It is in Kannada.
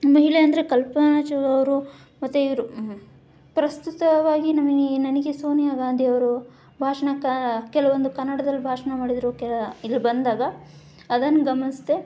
ಮಹಿಳೆ ಅಂದರೆ ಕಲ್ಪನಾ ಚಾವ್ಲಾವರು ಮತ್ತೆ ಇವರು ಪ್ರಸ್ತುತವಾಗಿ ನನಿ ನನಗೆ ಸೋನಿಯಾ ಗಾಂಧಿಯವರು ಭಾಷಣಕ್ಕ ಕೆಲವೊಂದು ಕನ್ನಡದಲ್ಲಿ ಬಾಷಣ ಮಾಡಿದ್ದರು ಕೆ ಇಲ್ಲಿ ಬಂದಾಗ ಅದನ್ನು ಗಮನಿಸಿದೆ